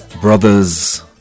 brothers